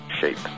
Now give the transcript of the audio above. shape